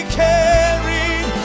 carried